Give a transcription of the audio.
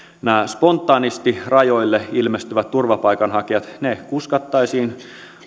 nämä spontaanisti rajoille ilmestyvät turvapaikanhakijat kuskattaisiin